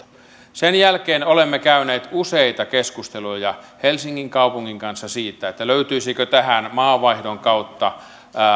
sen jälkeen olemme käyneet useita keskusteluja helsingin kaupungin kanssa siitä löytyisikö tähän maavaihdon kautta